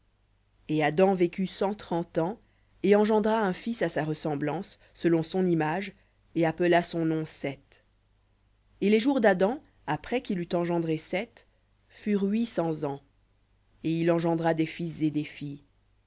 et adam vécut cent trente ans et engendra à sa ressemblance selon son image et appela son nom seth et les jours d'adam après qu'il eut engendré seth furent huit cents ans et il engendra des fils et des filles